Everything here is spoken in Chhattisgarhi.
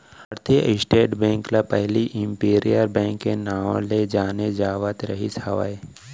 भारतीय स्टेट बेंक ल पहिली इम्पीरियल बेंक के नांव ले जाने जावत रिहिस हवय